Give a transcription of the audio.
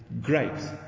grapes